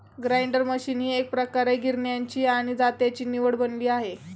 grinder machine ही एकप्रकारे गिरण्यांची आणि जात्याची निवड बनली आहे